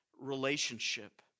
relationship